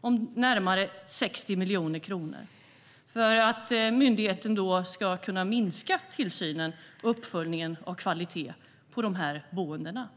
på närmare 60 miljoner kronor. Myndigheten ska minska tillsynen och uppföljningen av kvaliteten på boendena.